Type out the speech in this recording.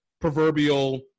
proverbial